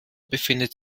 befindet